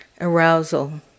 arousal